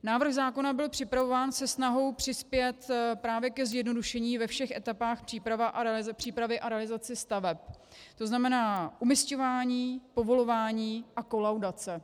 Návrh zákona byl připravován se snahou přispět právě ke zjednodušení ve všech etapách přípravy a realizace staveb, tzn. umisťování, povolování a kolaudace.